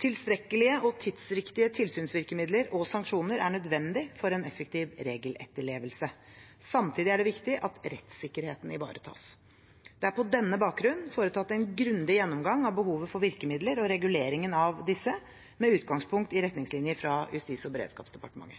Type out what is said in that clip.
Tilstrekkelige og tidsriktige tilsynsvirkemidler og sanksjoner er nødvendig for en effektiv regeletterlevelse. Samtidig er det viktig at rettssikkerheten ivaretas. Det er på denne bakgrunn foretatt en grundig gjennomgang av behovet for virkemidler og reguleringen av disse, med utgangspunkt i retningslinjer fra Justis- og beredskapsdepartementet.